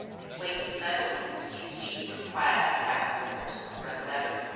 in place of sandals, his feet were clad in half-slippers of red leather,